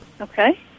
Okay